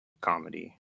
comedy